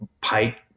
pipe